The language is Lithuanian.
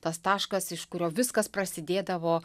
tas taškas iš kurio viskas prasidėdavo